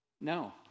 No